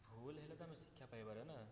ଭୁଲ ହେଲେ ତା' ଆମେ ଶିକ୍ଷା ପାଇପାରିବା ନା